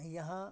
यहाँ